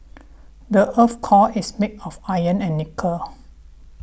the earth's core is made of iron and nickel